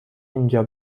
اینجا